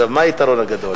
מה היתרון הגדול?